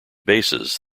bases